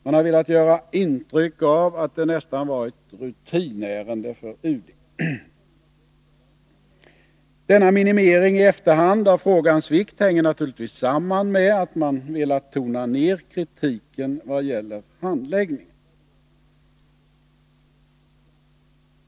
Man har velat ge intryck av att det nästan var ett rutinärende för UD. Denna minimering i efterhand av frågans vikt hänger naturligtvis samman med att man velat tona ner kritiken vad gäller handläggningen.